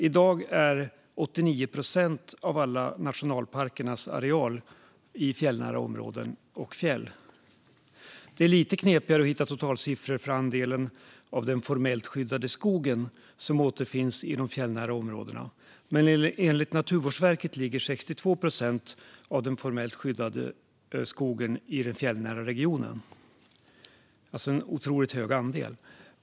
I dag finns 89 procent av alla våra nationalparkers areal i fjällnära områden och fjäll. Det är lite knepigare att hitta totalsiffror för andelen av den formellt skyddade skog som återfinns i fjällnära områden, men enligt Naturvårdsverket ligger 62 procent av den formellt skyddade skogen i den fjällnära regionen. Det är en otroligt hög andel.